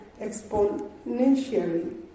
exponentially